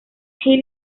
hill